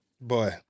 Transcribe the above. Boy